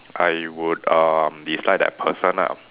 I would uh dislike that person lah